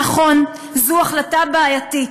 נכון, זו החלטה בעייתית,